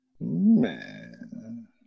Man